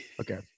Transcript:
Okay